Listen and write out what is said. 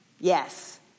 Yes